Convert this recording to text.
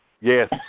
Yes